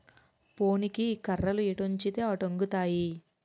పోనీకి కర్రలు ఎటొంచితే అటొంగుతాయి